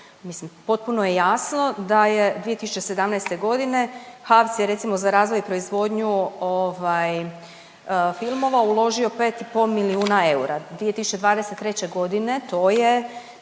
Mislim potpuno je jasno da je 2017.g. HAVC je recimo za razvoj i proizvodnju filmova uložio 5,5 milijuna eura, 2023.g. to je